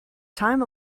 time